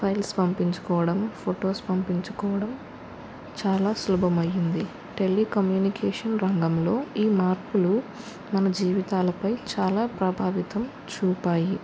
files పంపించుకోవడం photos పంపించుకోవడం చాలా సులభం అయింది టెలికమ్యూనికేషన్ రంగంలో ఈ మార్పులు మన జీవితాలపై చాలా ప్రభావితం చూపాయి